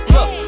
Look